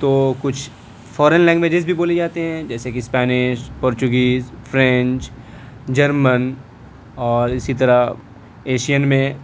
تو کچھ foreign languages بھی بولے جاتے ہیں جیسے کہ اسپینش پرچگیز فرینچ جرمن اور اسی طرح ایشین میں